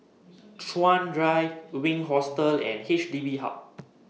Chuan Drive Wink Hostel and H D B Hub